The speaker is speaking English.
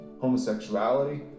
Homosexuality